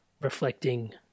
reflecting